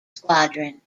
squadron